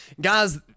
guys